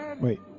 Wait